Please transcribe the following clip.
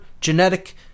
genetic